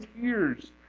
tears